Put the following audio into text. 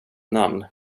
namn